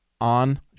on